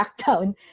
lockdown